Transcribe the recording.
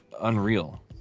unreal